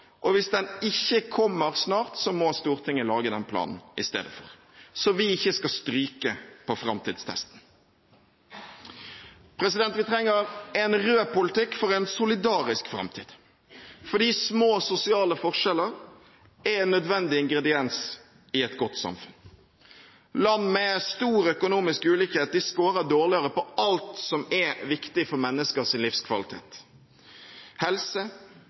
og hvis den ikke kommer snart, må Stortinget lage den planen i stedet, så vi ikke skal stryke på framtidstesten. Vi trenger en rød politikk for en solidarisk framtid, fordi små sosiale forskjeller er en nødvendig ingrediens i et godt samfunn. Land med stor økonomisk ulikhet scorer dårligere på alt som er viktig for menneskers livskvalitet: helse,